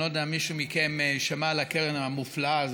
אני לא יודע אם מישהו מכם שמע על הקרן המופלאה הזאת,